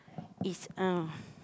is uh